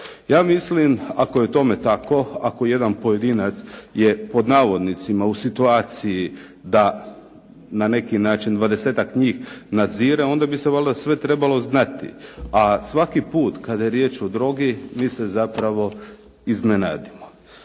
Ja mislim, ako je tome tako, ako jedan pojedinac je pod navodnicima u situaciji da na neki način 20-ak njih nadzire onda bi se valjda sve trebalo znati, a svaki put kada je riječ o drogi mi se zapravo iznenadimo.